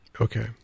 Okay